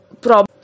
problem